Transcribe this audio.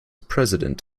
president